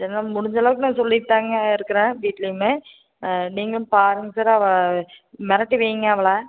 என்னால முடிஞ்சளவுக்கு நான் சொல்லிகிட்டு தாங்க இருக்குறேன் வீட்லையுமே நீங்களும் பாருங்கள் சார் அவ மெரட்டி வைங்க அவளை